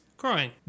Crying